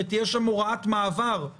שלום רב, אני מתכבד לפתוח את הישיבה.